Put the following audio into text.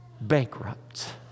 bankrupt